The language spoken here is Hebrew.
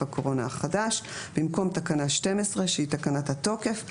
הקורונה החדש (הוראת שעה) במקום תקנה 12 שהיא תקנת התוקף יבוא: